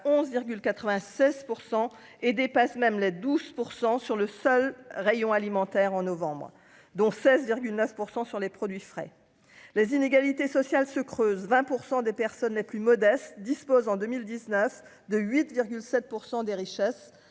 11 96 % et dépasse même les 12 % sur le seul rayon alimentaire en novembre, dont 16 9 % sur les produits frais, les inégalités sociales se creusent 20 pour 100 des personnes les plus modestes dispose en 2019, 2 8 7 % des richesses